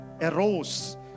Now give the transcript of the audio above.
arose